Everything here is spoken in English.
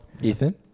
ethan